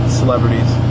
celebrities